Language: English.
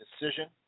decision